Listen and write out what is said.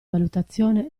valutazione